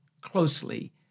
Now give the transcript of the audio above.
closely